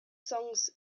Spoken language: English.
songs